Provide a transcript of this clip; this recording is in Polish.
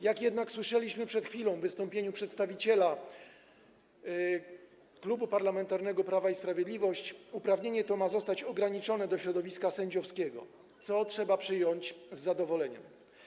Jak jednak słyszeliśmy przed chwilą w wystąpieniu przedstawiciela Klubu Parlamentarnego Prawo i Sprawiedliwość, uprawnienie to ma zostać ograniczone do środowiska sędziowskiego, co trzeba przyjąć z zadowoleniem.